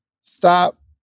stop